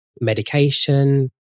medication